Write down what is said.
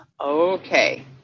Okay